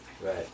Right